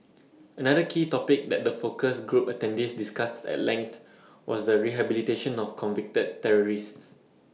another key topic that the focus group attendees discussed at length was the rehabilitation of convicted terrorists